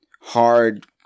hard